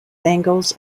bangles